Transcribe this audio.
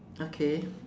okay